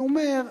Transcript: אני אומר,